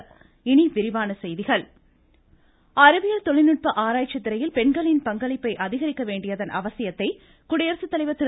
தேசிய அறிவியல் தினம் அறிவியல் தொழில்நுட்ப ஆராய்ச்சித்துறையில் பெண்களின் பங்களிப்பை அதிகரிக்க வேண்டியதன் அவசியத்தை குடியரசுத்தலைவர் திரு